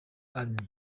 elmay